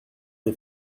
des